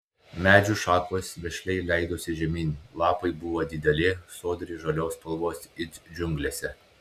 medžių šakos vešliai leidosi žemyn lapai buvo dideli sodriai žalios spalvos it džiunglėse